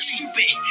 Stupid